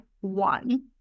One